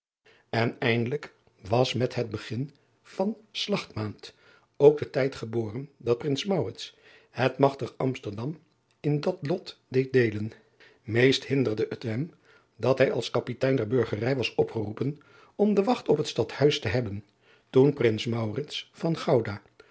n eindelijk was met het begin van lagtmaand ook de tijd geboren dat rins het magtig msterdam in dat lot deed deelen eest hinderde het hem dat hij als apitein der urgerij was opgeroepen om de wacht op het stadhuis te hebben toen rins van ouda